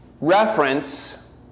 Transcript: reference